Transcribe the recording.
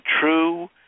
true